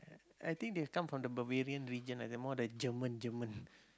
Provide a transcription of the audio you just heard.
I I think they come from the Bavarian region ah they're more like German German